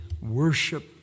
worship